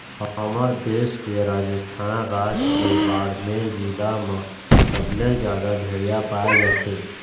हमर देश के राजस्थान राज के बाड़मेर जिला म सबले जादा भेड़िया पाए जाथे